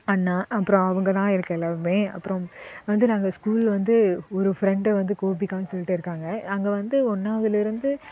அண்ணா அப்றம் அவங்க தான் எனக்கு எல்லாமுமே அப்புறம் வந்து நாங்கள் ஸ்கூல் வந்து ஒரு ஃப்ரண்டு வந்து கோபிகான்னு சொல்லிட்டு இருக்காங்க அங்கே வந்து ஒன்னாவதுலேருந்து